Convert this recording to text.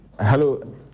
Hello